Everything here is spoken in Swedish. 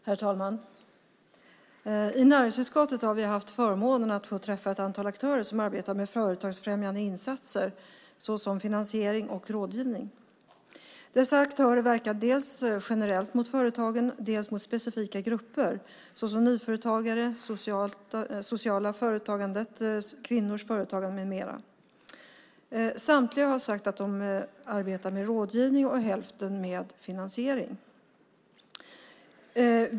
Herr talman! I näringsutskottet har vi haft förmånen att få träffa ett antal aktörer som arbetar med företagsfrämjande insatser såsom finansiering och rådgivning. Dessa aktörer verkar dels generellt gentemot företagen, dels gentemot specifika grupper såsom nyföretagare, det sociala företagandet, kvinnors företagande med mera. Samtliga har sagt att de arbetar med rådgivning, och hälften med finansiering.